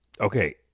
Okay